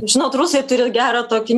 žinot rusai turi gerą tokį